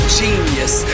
genius